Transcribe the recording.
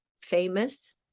famous